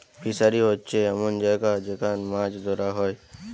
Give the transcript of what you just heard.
fishery হোচ্ছে এমন জাগা যেখান মাছ ধোরা হয়